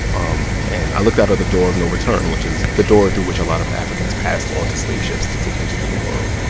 um and i looked out of the door of no return, which is the door through which a lot of africans passed onto slave ships to take them to the new world.